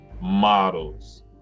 models